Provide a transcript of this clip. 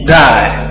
die